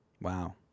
Wow